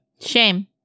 Shame